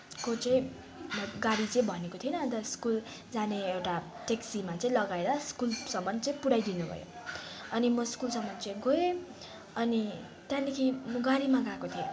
को चाहिँ गाडी चाहिँ भनेको थिएन अनि स्कुल जाने एउटा ट्याक्सीमा चाहिँ लगाएर स्कुलसम्म चाहिँ पुऱ्याइदिनु भयो अनि म स्कुलसम्म चाहिँ गएँ अनि त्यहाँदेखि म गाडीमा गएको थिएँ